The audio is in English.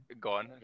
gone